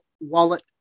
wallet